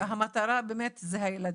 כי המטרה באמת זה הילדים.